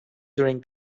during